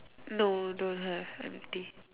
no don't have empty